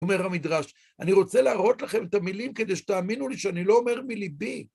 אומר המדרש, אני רוצה להראות לכם את המילים כדי שתאמינו לי שאני לא אומר מליבי.